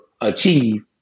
achieve